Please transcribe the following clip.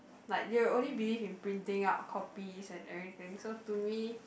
like they'll only believe in printing out copies and everything so to me